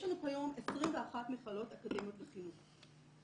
יש לנו כיום 21 מכללות אקדמיות לחינוך.